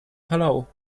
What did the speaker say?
palau